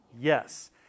Yes